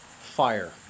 fire